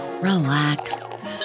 relax